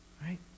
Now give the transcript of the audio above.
right